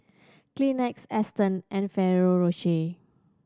Kleenex Aston and Ferrero Rocher